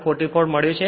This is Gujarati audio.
44 મળ્યો છે